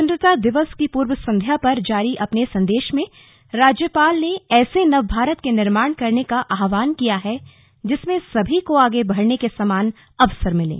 स्वतंत्रता दिवस की पूर्व संध्या पर जारी अपने संदेश में राज्यपाल ने ऐसे नव भारत के निर्माण करने का आहवान किया है जिंसमें सभी को आगे बढ़ने के समान अवसर मिलें